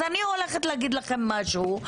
אז אני הולכת להגיד לכם משהו,